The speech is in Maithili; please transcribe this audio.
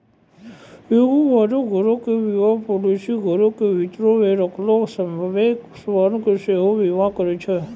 एगो मानक घरो के बीमा पालिसी घरो के भीतरो मे रखलो सभ्भे समानो के सेहो बीमा करै छै